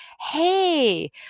Hey